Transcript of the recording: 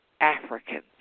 Africans